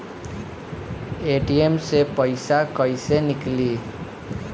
ATM से पइसा कइसे निकली?